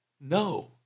No